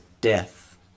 death